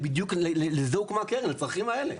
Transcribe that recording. בדיוק לזה הוקמה הקרן, לצרכים האלה.